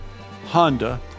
Honda